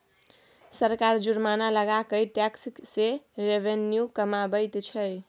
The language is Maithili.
सरकार जुर्माना लगा कय टैक्स सँ रेवेन्यू कमाबैत छै